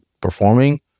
performing